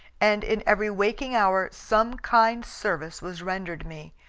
and in every waking hour some kind service was rendered me,